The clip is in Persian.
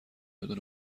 بدون